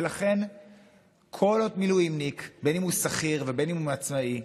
לכן כל מילואימניק, בין ששכיר ובין שעצמאי,